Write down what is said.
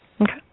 Okay